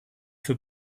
für